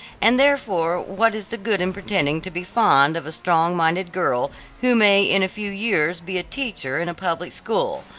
and therefore what is the good in pretending to be fond of a strong-minded girl who may in a few years be a teacher in a public school?